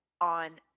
on